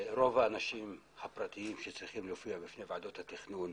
רוב האנשים הפרטיים שצריכים להופיע בפני ועדות התכנון,